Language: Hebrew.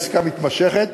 בעסקה מתמשכת,